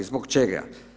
Zbog čega?